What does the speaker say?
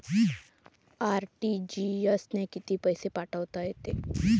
RTGS न कितीक पैसे पाठवता येते?